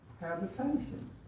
habitation